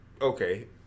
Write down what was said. Okay